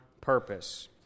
Purpose